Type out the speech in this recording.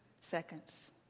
seconds